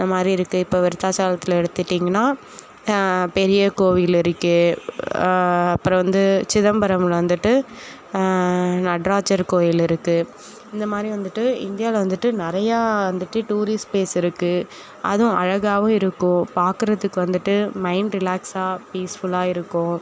அந்தமாதிரி இருக்குது இப்போ விருதாசாலத்தில் எடுத்துக்கிட்டிங்கனா பெரிய கோவில் இருக்குது அப்பறம் வந்து சிதம்பரமில் வந்துட்டு நடராஜர் கோயில் இருக்குது இந்தமாதிரி வந்துட்டு இந்தியாவில் வந்துட்டு நிறையா வந்துட்டு டூரிஸ் ப்ளேஸ் இருக்குது அதுவும் அழகாவும் இருக்கும் பார்க்குறதுக்கு வந்துட்டு மைண்ட் ரிலாக்ஸாக பீஸ்ஃபுல்லாக இருக்கும்